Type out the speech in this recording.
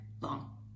long